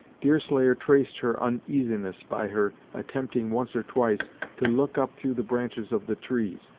deerslayer traced her uneasiness by her attempting once or twice to look up through the branches of the trees,